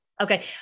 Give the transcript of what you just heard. Okay